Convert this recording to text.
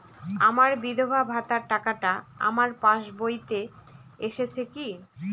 আমার বিধবা ভাতার টাকাটা আমার পাসবইতে এসেছে কি?